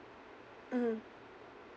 mmhmm